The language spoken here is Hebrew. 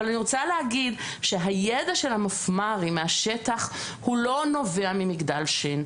אבל אני רוצה להגיד שהידע של המפמ"רים מהשטח הוא לא נובע ממגדל שן.